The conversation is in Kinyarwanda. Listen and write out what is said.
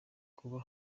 kuba